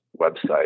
website